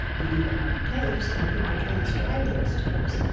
the tapes. and people transcribed those tapes,